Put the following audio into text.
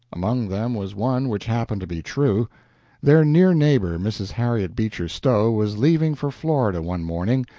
among them was one which happened to be true their near neighbor, mrs. harriet beecher stowe, was leaving for florida one morning,